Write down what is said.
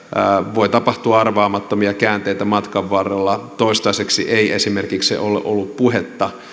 voi tapahtua arvaamattomia käänteitä matkan varrella toistaiseksi ei esimerkiksi ole ollut puhetta